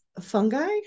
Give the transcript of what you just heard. fungi